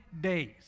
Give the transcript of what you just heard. days